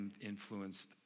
influenced